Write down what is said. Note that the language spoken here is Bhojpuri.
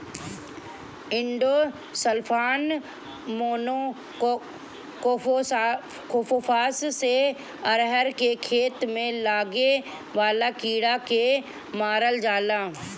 इंडोसल्फान, मोनोक्रोटोफास से अरहर के खेत में लागे वाला कीड़ा के मारल जाला